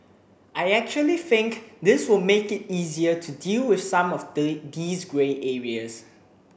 I actually think this will make it easier to deal with some of these grey areas